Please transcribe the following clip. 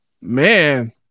man